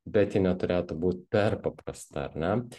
bet ji neturėtų būt per paprasta ar ne